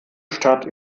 stadt